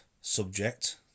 subject